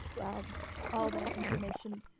um all that information,